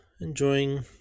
enjoying